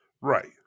right